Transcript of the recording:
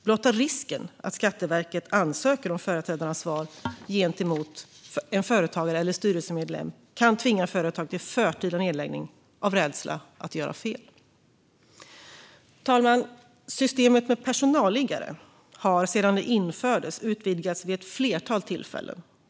Blotta risken att Skatteverket ansöker om företrädaransvar gentemot en företagare eller styrelsemedlem kan tvinga företag till förtida nedläggning av rädsla för att göra fel. Herr talman! Systemet med personalliggare har sedan det infördes utvidgats vid ett flertal tillfällen.